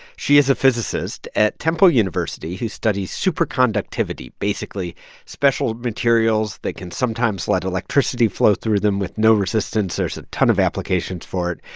xi is a physicist at temple university who studies superconductivity basically special materials that can sometimes let electricity flow through them with no resistance. there's a ton of applications for it.